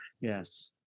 Yes